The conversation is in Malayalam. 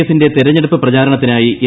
എഫിന്റെ തെരഞ്ഞെടുപ്പ് പ്രചാരണത്തിനായി എ